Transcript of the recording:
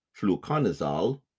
fluconazole